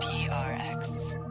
yeah ah ax